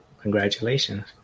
Congratulations